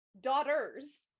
daughters